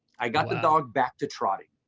i got the dog back to trotting.